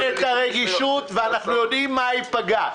אנחנו מבינים את הרגישות ואנחנו יודעים מה ייפגע.